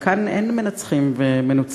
אבל כאן אין מנצחים ומנוצחים.